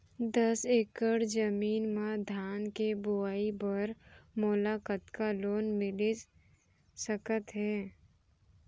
दस एकड़ जमीन मा धान के बुआई बर मोला कतका लोन मिलिस सकत हे?